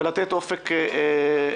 ולתת אופק לעסקים,